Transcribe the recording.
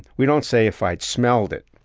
we don't say if i'd smelled it.